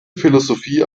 philosophie